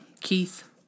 Keith